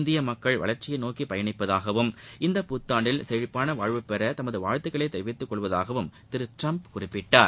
இந்திய மக்கள் வளர்ச்சியை நோக்கி பயணிப்பதாகவும் இந்த புத்தாண்டில் செழிப்பான வாழ்வுபெற தமது வாழ்த்துக்களை தெரிவித்துக் கொள்வதாகவும் திரு டிரம்ப் குறிப்பிட்டார்